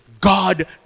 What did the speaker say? God